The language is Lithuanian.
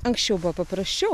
anksčiau buvo paprasčiau